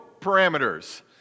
parameters